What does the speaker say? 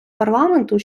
парламенту